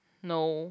no